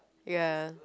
ya